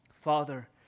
Father